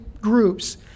groups